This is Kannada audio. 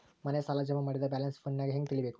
ಮನೆ ಸಾಲ ಜಮಾ ಮಾಡಿದ ಬ್ಯಾಲೆನ್ಸ್ ಫೋನಿನಾಗ ಹೆಂಗ ತಿಳೇಬೇಕು?